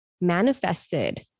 manifested